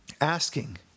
Asking